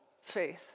faith